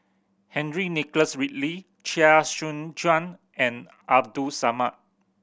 Henry Nicholas Ridley Chia Choo Suan and Abdul Samad